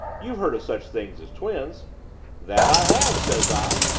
you've heard of such things as twins that i have says i,